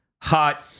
hot